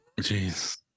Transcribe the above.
Jeez